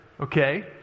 okay